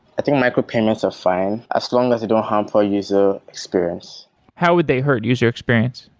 i think micro payments are fine, as long as they don't harm for user experience how would they hurt user experience?